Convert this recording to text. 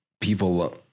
people